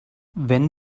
wenn